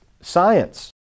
science